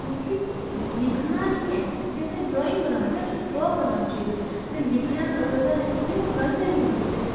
क्योंकि लिखना निं ऐ असें ड्राइंग बनाना ते ड्रा करना उस चीज़ गी ते लिखना ओह्दा कि ओह् गलत निं होना चाहिदा